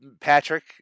Patrick